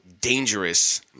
dangerous